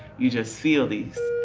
you just feel these.